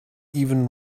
even